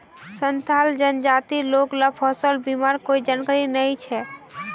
संथाल जनजातिर लोग ला फसल बीमार कोई जानकारी नइ छेक